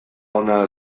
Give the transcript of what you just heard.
ona